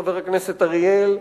חבר הכנסת אריאל,